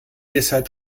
deshalb